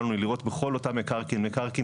אוקי?